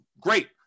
great